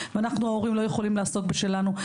ואנחנו ההורים לא יכולים לעסוק בשלנו.